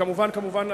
וכמובן כמובן,